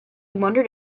wondered